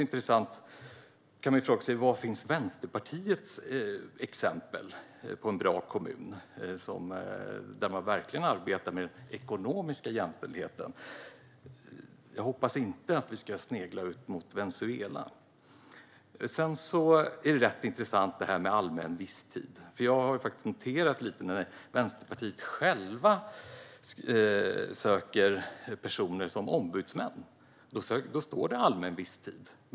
Var finns Vänsterpartiets exempel på en bra kommun, där man verkligen arbetar med den ekonomiska jämställdheten? Jag hoppas inte att vi ska snegla mot Venezuela. Frågan om allmän visstid är intressant. Jag har nämligen noterat att när Vänsterpartiet själva söker personer som ombudsmän står det att det handlar om allmän visstid.